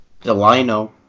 Delino